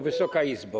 Wysoka Izbo!